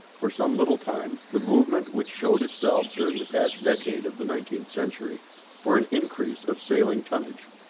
for some little time, the movement which showed itself during the past decade of the nineteenth century for an increase of sailing tonnage.